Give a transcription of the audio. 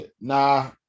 nah